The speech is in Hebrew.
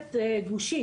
פסולת גושית